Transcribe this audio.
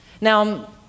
Now